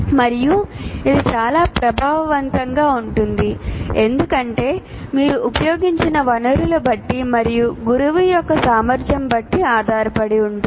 మరియు ఇది చాలా ప్రభావవంతంగా ఉంటుంది ఎందుకంటే మీరు ఉపయోగించిన వనరులు బట్టి మరియు గురువు యొక్క సామర్థ్యం బట్టి ఆధారపడుతుంది